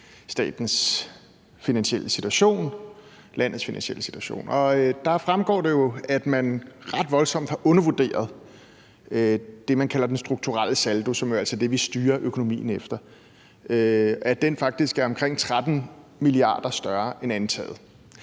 statens finansielle situation, landets finansielle situation. Og der fremgår det, at man ret voldsomt har undervurderet det, man kalder den strukturelle saldo, som altså er det, vi styrer økonomien efter. Den er faktisk 13 mia. kr. større end antaget.